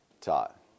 taught